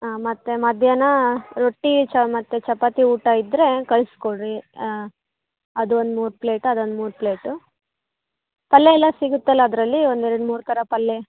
ಹಾಂ ಮತ್ತೆ ಮಧ್ಯಾಹ್ನ ರೊಟ್ಟಿ ಚ ಮತ್ತು ಚಪಾತಿ ಊಟ ಇದ್ದರೆ ಕಳಿಸ್ಕೊಡ್ರಿ ಅದೊಂದು ಮೂರು ಪ್ಲೇಟ್ ಅದೊಂದು ಮೂರು ಪ್ಲೇಟು ಪಲ್ಯ ಎಲ್ಲ ಸಿಗುತ್ತಲ್ಲ ಅದರಲ್ಲಿ ಒಂದು ಎರಡು ಮೂರು ಥರ ಪಲ್ಯೆ